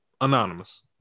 anonymous